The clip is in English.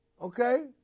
Okay